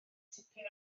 tipyn